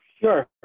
Sure